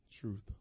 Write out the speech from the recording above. truth